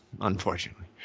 unfortunately